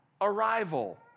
arrival